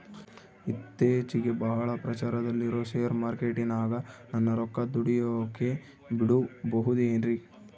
ಇತ್ತೇಚಿಗೆ ಬಹಳ ಪ್ರಚಾರದಲ್ಲಿರೋ ಶೇರ್ ಮಾರ್ಕೇಟಿನಾಗ ನನ್ನ ರೊಕ್ಕ ದುಡಿಯೋಕೆ ಬಿಡುಬಹುದೇನ್ರಿ?